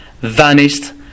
vanished